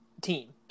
team